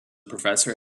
professor